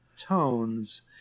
tones